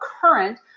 current